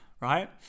right